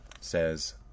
Says